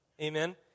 Amen